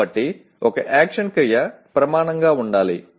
కాబట్టి ఒక యాక్షన్ క్రియ ప్రమాణంగా ఉండాలి